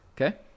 Okay